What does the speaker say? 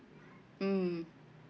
mm